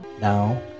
Now